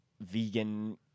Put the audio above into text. vegan